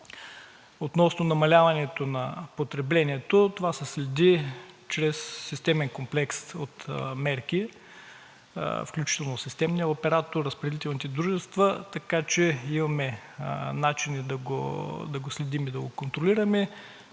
Относно намаляването на потреблението, това се следи чрез системен комплекс от мерки, включително от Системния оператор, разпределителните дружества, така че имаме начини да го следим и да го контролираме.